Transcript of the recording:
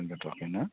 गायजाथ'आखै ना